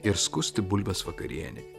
ir skusti bulves vakarienei